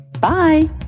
Bye